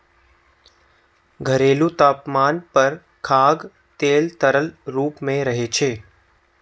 घरेलू तापमान पर खाद्य तेल तरल रूप मे रहै छै